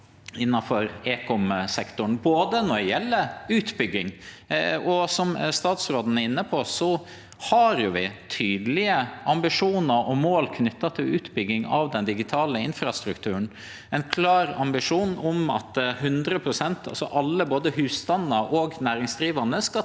innanfor ekomsektoren, bl.a. når det gjeld utbygging. Som statsråden er inne på, har vi tydelege ambisjonar og mål knytte til utbygging av den digitale infrastrukturen – ein klar ambisjon om at 100 pst., altså alle, både husstandar og næringsdrivande, skal